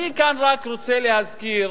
אני כאן רק רוצה להזכיר